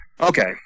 Okay